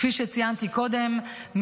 כפי שציינתי קודם,